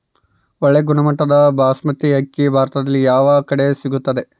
ಒಳ್ಳೆ ಗುಣಮಟ್ಟದ ಬಾಸ್ಮತಿ ಅಕ್ಕಿ ಭಾರತದಲ್ಲಿ ಯಾವ ಕಡೆ ಸಿಗುತ್ತದೆ?